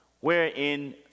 wherein